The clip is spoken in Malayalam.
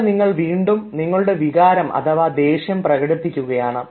ഇവിടെ നിങ്ങൾ വീണ്ടും നിങ്ങളുടെ വികാരം അഥവാ ദേഷ്യം പ്രകടിപ്പിക്കുകയാണ്